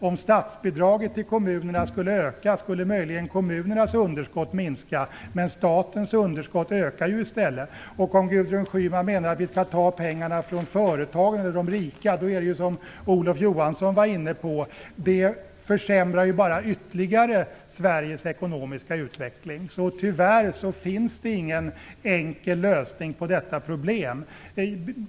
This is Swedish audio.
Om statsbidraget till kommunerna skulle öka skulle möjligen kommunernas underskott minska, men statens underskott skulle ju då öka i stället. Om Gudrun Schyman menar att vi skall ta pengarna från företagen eller "de rika" måste jag säga att inte heller det är någon lösning. Det försämrar bara ytterligare Sveriges ekonomiska utveckling. Tyvärr finns det alltså ingen enkel lösning på detta problem.